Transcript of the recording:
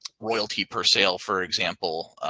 royalty per sale, for example.